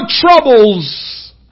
troubles